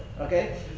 okay